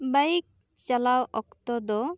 bike ᱪᱟᱞᱟᱣ ᱚᱠᱚᱛᱚ ᱫᱚ